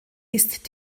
ist